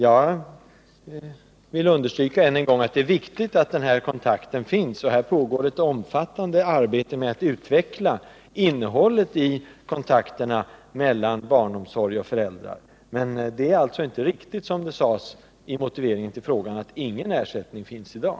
Jag vill understryka än en gång, att denna rätt finns, och att det här pågår ett omfattande arbete för att utveckla innehållet i kontakterna mellan barnomsorg och föräldrar. Det är alltså inte riktigt som det sades i motiveringen till frågan, att ingen ersättning finns i dag.